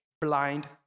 blind